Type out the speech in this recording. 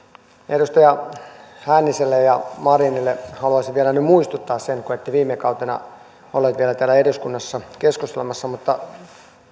edustaja hänniselle ja marinille haluaisin vielä nyt muistuttaa kun ette viime kautena olleet vielä täällä eduskunnassa keskustelemassa mutta